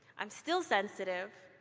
i'm still sensitive,